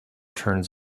turns